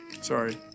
Sorry